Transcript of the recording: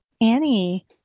Annie